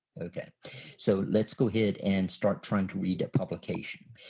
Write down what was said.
okay so let's go ahead and start trying to read a publication.